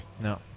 No